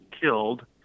killed